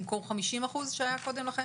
במקום 50% שהיה לכן?